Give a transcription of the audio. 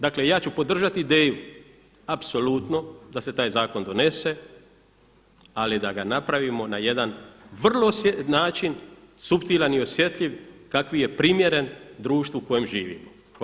Dakle ja ću podržati ideju, apsolutno da se taj zakon donese, ali da ga napravimo na jedan način suptilan i osjetljiv kakvi je primjeren društvu u kojem živimo.